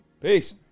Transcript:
Peace